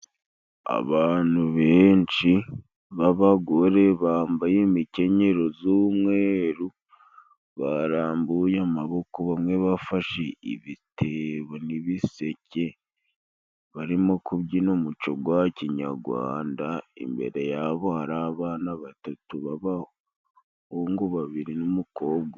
Abantu benshi b'abagore bambaye imikenyero z'umweru barambuye amaboko bamwe bafashe ibitebo n'ibiseke, barimo kubyina umuco gwa kinyagwanda, imbere yabo hari abana batatu b'abahungu babiri n'umukobwa umwe.